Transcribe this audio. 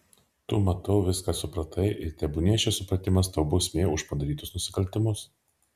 tu matau viską supratai ir tebūnie šis supratimas tau bausmė už padarytus nusikaltimus